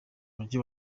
mujyi